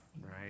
right